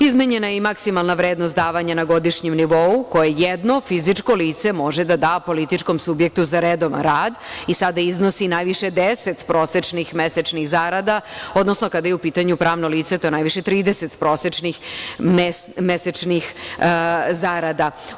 Izmenjena je i maksimalna vrednost davanja na godišnjem nivou koje jedno fizičko lice može da političkom subjektu za redovan rad i sada iznosi najviše deset prosečnih mesečnih zarada, odnosno kada je u pitanju pravno lice, to je najviše 30 prosečnih mesečnih zarada.